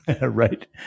right